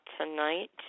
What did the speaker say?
tonight